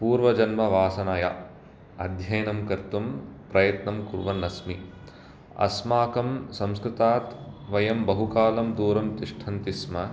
पूर्वजन्मवासनया अध्ययनं कर्तुं प्रयत्नं कुर्वन् अस्मि अस्माकं संस्कृतात् वयं बहुकालं दूरं तिष्ठन्तः स्मः